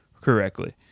correctly